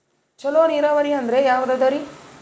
ಚಲೋ ನೀರಾವರಿ ಅಂದ್ರ ಯಾವದದರಿ?